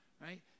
right